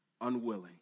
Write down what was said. unwilling